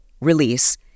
release